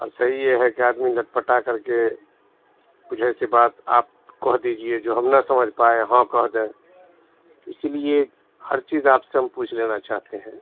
اور صحیح یہ ہے کہ آدمی لٹپٹا کر کے کچھ ایسی بات آپ کہہ دیجیے جو ہم نہ سمجھ پائیں ہاں کہ دیں اسی لیے ہر چیز آپ سے ہم پوچھ لینا چاہتے ہیں